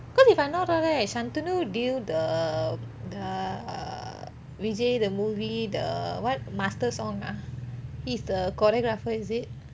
because if I'm not wrong right shantanu deal the the err vijay the movie the what master's song ah he's the choreographer is it